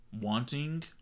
Wanting